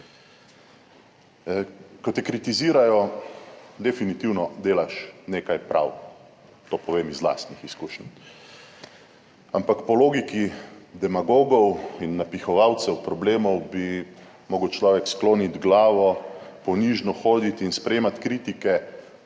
Ko te kritizirajo, definitivno delaš nekaj prav, to povem iz lastnih izkušenj. Ampak po logiki demagogov in napihovalcev problemov bi moral človek skloniti glavo, ponižno hoditi in sprejemati kritike